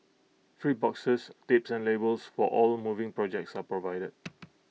free boxes tapes and labels for all moving projects are provided